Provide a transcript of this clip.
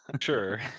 Sure